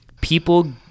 people